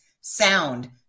sound